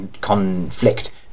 conflict